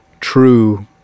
true